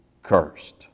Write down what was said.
cursed